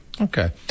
Okay